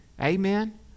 Amen